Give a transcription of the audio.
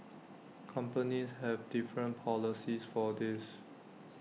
companies have different policies for this